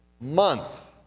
month